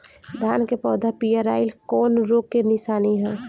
धान के पौधा पियराईल कौन रोग के निशानि ह?